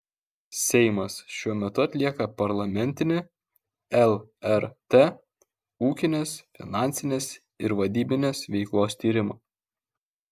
seimas šiuo metu atlieka parlamentinį lrt ūkinės finansinės ir vadybinės veiklos tyrimą